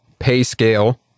PayScale